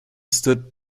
stood